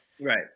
Right